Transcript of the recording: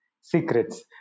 secrets